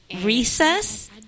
recess